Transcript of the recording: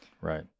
right